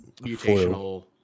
mutational